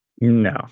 No